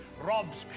Rob's